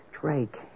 Drake